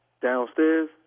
Downstairs